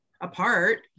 apart